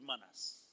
manners